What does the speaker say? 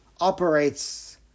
operates